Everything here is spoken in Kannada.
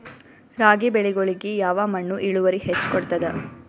ರಾಗಿ ಬೆಳಿಗೊಳಿಗಿ ಯಾವ ಮಣ್ಣು ಇಳುವರಿ ಹೆಚ್ ಕೊಡ್ತದ?